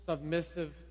Submissive